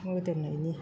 मोदोमनायनि